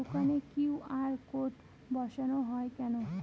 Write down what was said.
দোকানে QR code বসানো হয় কেন?